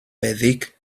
feddyg